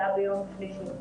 השיחה הייתה ביום שלישי.